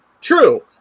True